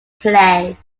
play